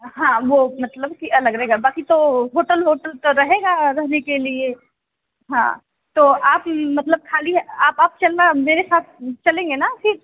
हाँ वो मतलब कि अलग रहेगा बाक़ी तो होटल होटल तो रहेगा रहने के लिए हाँ तो आप मतलब ख़ाली हैं आप आप चलना मेरे साथ चलेंगे ना फिर